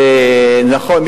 זה נכון,